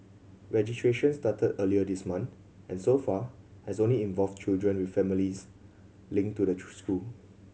registration started earlier this month and so far has only involved children with families link to the school